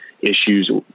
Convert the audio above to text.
issues